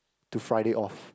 to Friday off